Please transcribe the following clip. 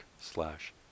slash